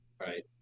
Right